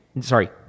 sorry